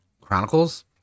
Chronicles